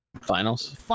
finals